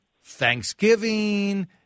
Thanksgiving